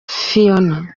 phiona